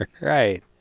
Right